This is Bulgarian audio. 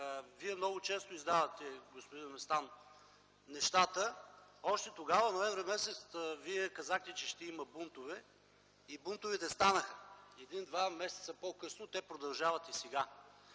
Вие много често издавате, господин Местан, нещата. Още тогава, м. ноември, казахте, че ще има бунтове и те станаха един-два месеца по-късно. Те продължават и сега.